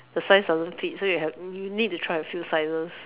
the size doesn't fit so you have you need to try a few sizes